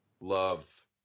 love